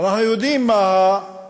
אנחנו יודעים מה היה